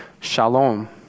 shalom